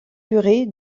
curé